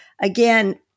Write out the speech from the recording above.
again